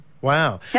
Wow